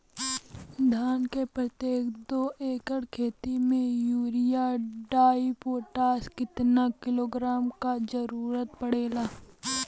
धान के प्रत्येक दो एकड़ खेत मे यूरिया डाईपोटाष कितना किलोग्राम क जरूरत पड़ेला?